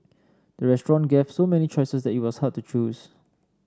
the restaurant gave so many choices that it was hard to choose